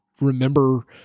remember